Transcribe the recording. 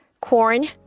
corn